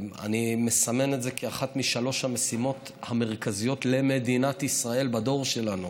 אני מסמן את זה כאחת משלוש המשימות המרכזיות למדינת ישראל בדור שלנו,